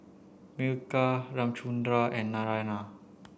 Milkha Ramchundra and Naraina